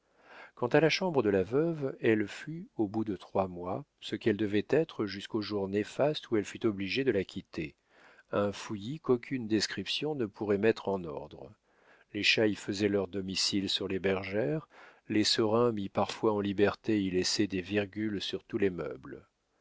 quant à la chambre de la veuve elle fut au bout de trois mois ce qu'elle devait être jusqu'au jour néfaste où elle fut obligée de la quitter un fouillis qu'aucune description ne pourrait mettre en ordre les chats y faisaient leur domicile sur les bergères les serins mis parfois en liberté y laissaient des virgules sur tous les meubles